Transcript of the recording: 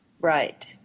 Right